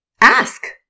ask